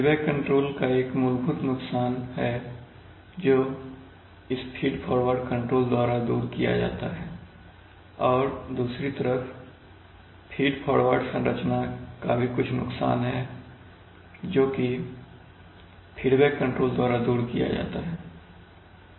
feedback control का एक मूलभूत नुकसान है जो इस फीड फॉरवर्ड कंट्रोल द्वारा दूर कर दिया जाता है और दूसरी तरफ फीड फॉरवर्ड संरचना का भी कुछ नुकसान है जोकि फीडबैक कंट्रोल द्वारा दूर कर दिया जाता है